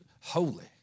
holy